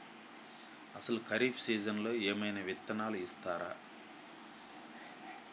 అసలు ఖరీఫ్ సీజన్లో ఏమయినా విత్తనాలు ఇస్తారా?